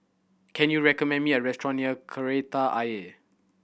can you recommend me a restaurant near Kreta Ayer